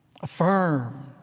affirm